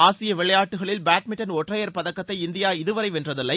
ஆசிய விளையாட்டுக்களில் பேட்மிண்டன் ஒற்றையர் பதக்கத்தை இந்தியா இதுவரை வென்றதில்லை